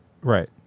Right